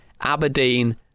Aberdeen